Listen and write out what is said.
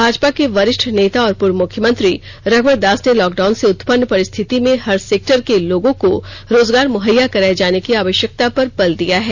भाजपा के वरिष्ठ नेता और पूर्व मुख्यमंत्री रघुवर दास ने लॉकडाउन से उत्पन्न परिस्थिति में हर सेक्टर के लोगों को रोजगार मुहैया कराये जाने की आवष्यकता पर बल दिया है